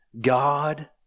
god